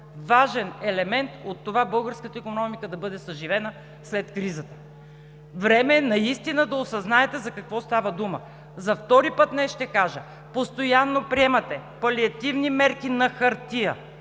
важен елемент от това българската икономика да бъде съживена след кризата. Време е наистина да осъзнаете за какво става дума. За втори път днес ще кажа: постоянно приемате палиативни мерки на хартия,